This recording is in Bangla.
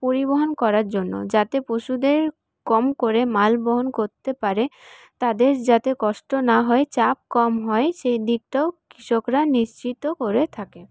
পরিবহণ করার জন্য যাতে পশুদের কম করে মাল বহন করতে পারে তাদের যাতে কষ্ট না হয় চাপ কম হয় সেই দিকটাও কৃষকরা নিশ্চিত করে থাকে